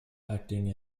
acting